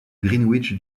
greenwich